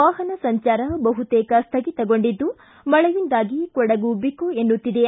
ವಾಹನ ಸಂಚಾರ ಬಹುತೇಕ ಸ್ಥಗಿತಗೊಂಡಿದ್ದು ಮಳೆಯಿಂದಾಗಿ ಕೊಡಗು ಬಿಕೋ ಎನ್ನುತ್ತಿದೆ